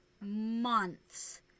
months